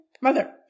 Mother